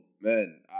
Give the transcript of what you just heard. man